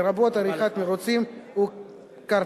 לרבות עריכת מירוצים וקרטינג.